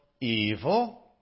evil